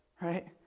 right